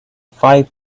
five